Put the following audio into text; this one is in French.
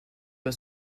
pas